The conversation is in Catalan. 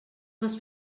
les